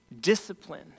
discipline